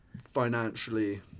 financially